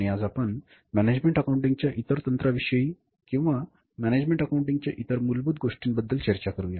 आणि आज आपण मॅनेजमेंट अकाउंटिंगच्या इतर तंत्राविषयी किंवा मॅनेजमेंट अकाउंटिंगच्या इतर मूलभूत गोष्टींबद्दल चर्चा करूया